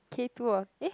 k two or eh